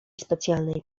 specjalnej